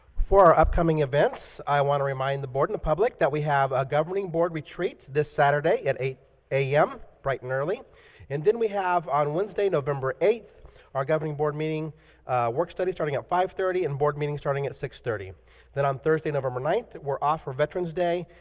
for our upcoming events i want to remind the board and the public that we have a governing board retreat this saturday at eight a m. bright and early and then we have on wednesday november eighth our governing board meeting work study starting at five thirty and board meeting starting at six thirty then on thursday, november ninth we're off for veterans day,